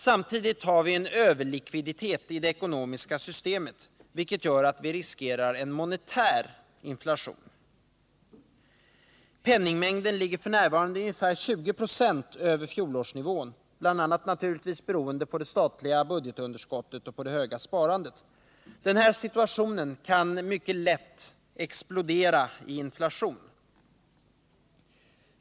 Samtidigt har vi nu en överlikviditet i det ekonomiska systemet, vilket gör att vi riskerar en monetär inflation. Penningmängden ligger f. n. ungefär 20 20 över fjolårsnivån — bl.a. naturligtvis beroende på de stora statliga budgetunderskotten och det höga sparandet. Denna situation kan mycket lätt explodera i inflation.